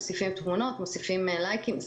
מוסיפים תמונות מוסיפים לייקים.